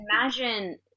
imagine